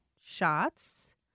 shots